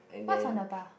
what's on the bar